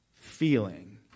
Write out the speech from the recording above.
feeling